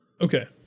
Okay